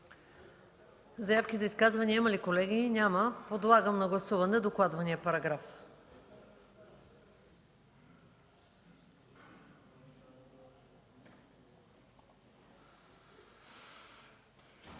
Заявки за изказвания има ли? Няма. Подлагам на гласуване докладвания параграф.